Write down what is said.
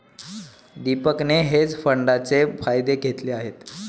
दीपकने हेज फंडाचे फायदे घेतले आहेत